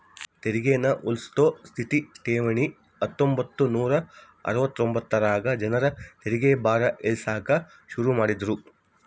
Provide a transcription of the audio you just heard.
ತೆರಿಗೇನ ಉಳ್ಸೋ ಸ್ಥಿತ ಠೇವಣಿ ಹತ್ತೊಂಬತ್ ನೂರಾ ಅರವತ್ತೊಂದರಾಗ ಜನರ ತೆರಿಗೆ ಭಾರ ಇಳಿಸಾಕ ಶುರು ಮಾಡಿದ್ರು